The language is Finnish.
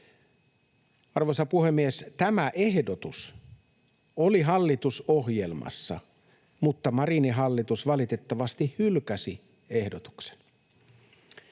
Arvoisa puhemies! Tämä ehdotus oli hallitusohjelmassa, mutta Marinin hallitus valitettavasti hylkäsi ehdotuksen.